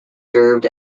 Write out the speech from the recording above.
served